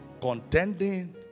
Contending